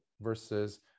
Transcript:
versus